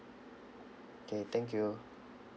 okay thank you